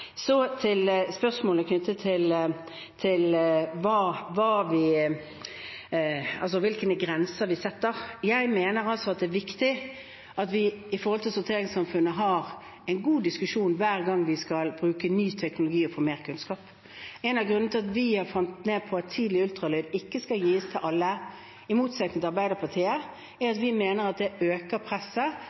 Så til spørsmålet knyttet til hvilke grenser vi setter. Jeg mener at det er viktig at vi i forhold til sorteringssamfunnet har en god diskusjon hver gang vi skal bruke ny teknologi og få mer kunnskap. En av grunnene til at vi – i motsetning til Arbeiderpartiet – har falt ned på at tidlig ultralyd ikke skal gis til alle, er at vi mener det øker presset